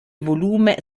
volume